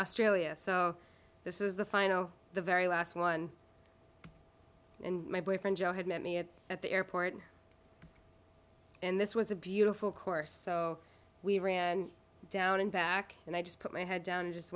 australia so this is the final the very last one and my boyfriend joe had met me at the airport and this was a beautiful course so we ran down and back and i just put my head down and just